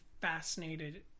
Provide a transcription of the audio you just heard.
fascinated